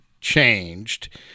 changed